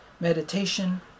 meditation